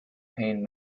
pain